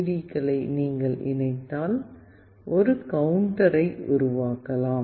டிகளை நீங்கள் இணைத்தால் ஒரு கவுண்டரை உருவாக்கலாம்